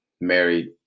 married